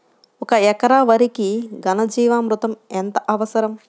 ఒక ఎకరా వరికి ఘన జీవామృతం ఎంత అవసరం?